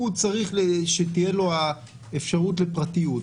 הוא צריך שתהיה לו האפשרות לפרטיות.